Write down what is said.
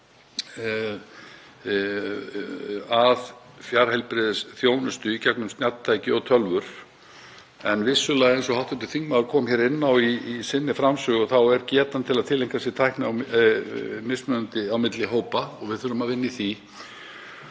að fjarheilbrigðisþjónustu í gegnum snjalltæki og tölvur. En vissulega, eins og hv. þingmaður kom inn á í framsögu sinni, er getan til að tileinka sér tækni mismunandi á milli hópa og við þurfum að vinna í því.